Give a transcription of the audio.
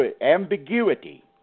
ambiguity